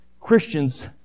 Christians